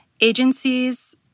agencies